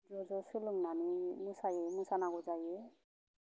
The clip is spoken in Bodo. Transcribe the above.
ज' ज' सोलोंनानै मोसायो मोसानांगौ जायो